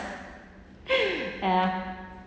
ya